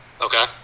Okay